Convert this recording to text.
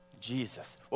Jesus